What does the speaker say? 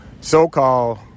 so-called